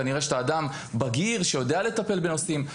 כנראה שאתה אדם בגיר שיודע לטפל בנושאים.